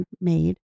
made